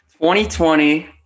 2020